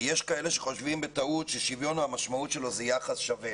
יש כאלה שחושבים בטעות שהמשמעות של שוויון הוא יחס שווה.